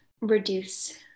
reduce